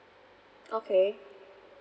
okay